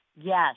Yes